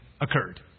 occurred